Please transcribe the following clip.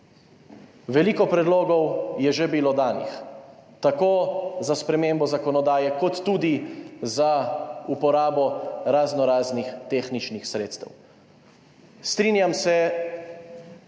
Veliko predlogov je že bilo danih, tako za spremembo zakonodaje kot tudi za uporabo razno raznih tehničnih sredstev. Strinjam se